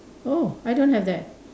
oh I don't have that